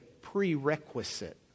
prerequisite